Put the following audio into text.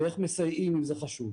ואיך מסייעים, אם זה חשוב.